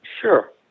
Sure